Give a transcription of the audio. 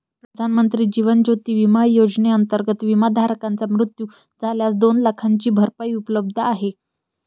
प्रधानमंत्री जीवन ज्योती विमा योजनेअंतर्गत, विमाधारकाचा मृत्यू झाल्यास दोन लाखांची भरपाई उपलब्ध आहे